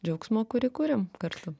džiaugsmo kurį kuriam kartu